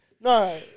No